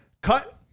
cut